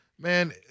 man